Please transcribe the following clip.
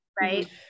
right